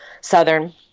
southern